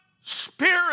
spirit